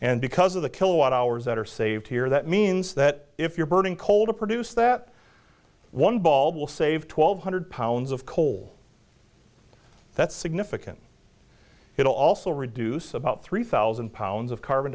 and because of the kilowatt hours that are saved here that means that if you're burning coal to produce that one ball will save twelve hundred pounds of coal that's significant it'll also reduce about three thousand pounds of carbon